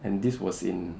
and this was in